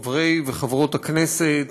חברי וחברות הכנסת,